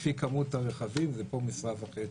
לפי כמות הרכבים זה פה משרה וחצי.